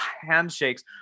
handshakes